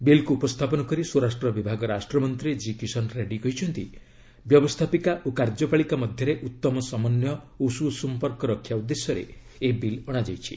ବିଲ୍କୁ ଉପସ୍ଥାପନ କରି ସ୍ୱରାଷ୍ଟ୍ର ବିଭାଗ ରାଷ୍ଟ୍ରମନ୍ତ୍ରୀ ଜି କିଷନ୍ ରେଡ୍ରୀ କହିଛନ୍ତି ବ୍ୟବସ୍ଥାପିକା ଓ କାର୍ଯ୍ୟପାଳିକା ମଧ୍ୟରେ ଉତ୍ତମ ସମନ୍ୱୟ ଓ ସୁସମ୍ପର୍କ ରକ୍ଷା ଉଦ୍ଦେଶ୍ୟରେ ଏହି ବିଲ୍ ଅଣାଯାଇଛି